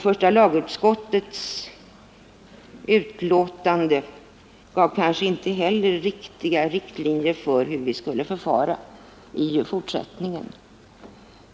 Första lagutskottets utlåtande gav inte heller klara riktlinjer för hur vi skulle förfara.